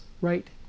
right